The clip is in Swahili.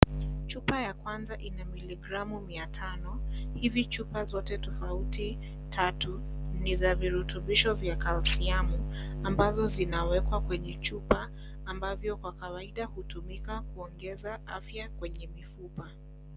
Chupa ya kwanza ina miligramu mia tano ,hivi chupa zote tofauti tatu ni za virutubisho vya(CS) calcium(CS)ambazo zinawekwa kwenye chupa ambavyo kwa kawaida hutumika kuongeza afya kwenye mifupa.